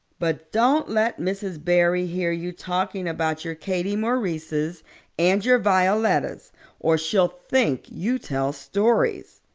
but don't let mrs. barry hear you talking about your katie maurices and your violettas or she'll think you tell stories.